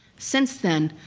since then,